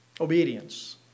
obedience